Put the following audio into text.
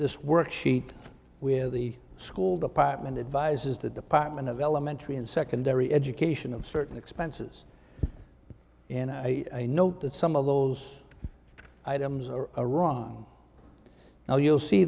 this worksheet with the school department advises the department of elementary and secondary education of certain expenses and i note that some of those items are a wrong now you'll see